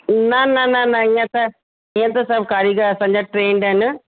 न न न न ईंअ त ईंअ त सभु कारीगर असांजा ट्रेंड आहिनि